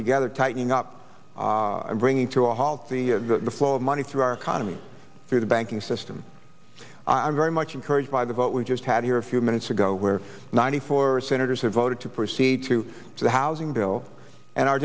together tightening up bringing to a halt the flow of money through our economy through the banking system i'm very much encouraged by the vote we just had here a few minutes ago where ninety four senators have voted to proceed to the housing bill and our